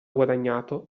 guadagnato